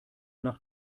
nach